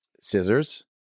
scissors